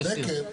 זה כן.